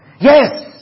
Yes